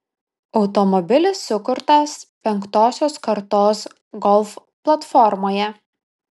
automobilis sukurtas penktosios kartos golf platformoje